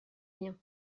rien